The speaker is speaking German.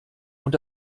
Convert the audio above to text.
und